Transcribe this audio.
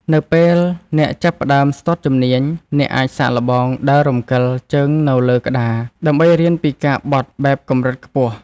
នៅពេលអ្នកចាប់ផ្ដើមស្ទាត់ជំនាញ អ្នកអាចសាកល្បងដើររំកិលជើងនៅលើក្តារ ដើម្បីរៀនពីការបត់បែបកម្រិតខ្ពស់។